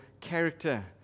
character